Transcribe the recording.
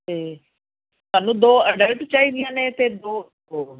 ਅਤੇ ਸਾਨੂੰ ਦੋ ਅਡਲਟ ਚਾਹੀਦੀਆਂ ਨੇ ਅਤੇ ਦੋ ਹੋਰ